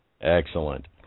Excellent